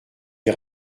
des